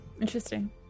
Interesting